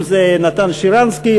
אם נתן שרנסקי,